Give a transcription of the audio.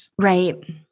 Right